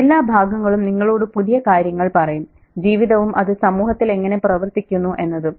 എല്ലാ ഭാഗങ്ങളും നിങ്ങളോട് പുതിയ കാര്യങ്ങൾ പറയും ജീവിതവും അത് സമൂഹത്തിൽ എങ്ങനെ പ്രവർത്തിക്കുന്നു എന്നതും